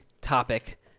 topic